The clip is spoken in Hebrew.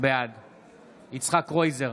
בעד יצחק קרויזר,